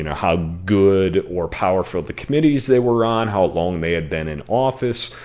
you know how good or powerful the committees they were on, how long they had been in office,